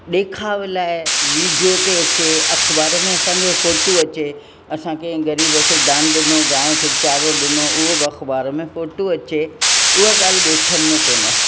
ॾेखाव लाइ वीडियो ते अचे अखबार में असां जो फोटू अचे असां कंहिं ग़रीब खे दान ॾिनो गांइ खे चारो ॾिनो उहो बि अखबार में फोटू अचे उहा ॻाल्हि ॻोठनि में कोने